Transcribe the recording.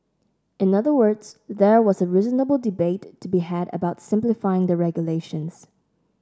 in other words there was a reasonable debate to be had about simplifying the regulations